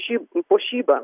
šiaip puošyba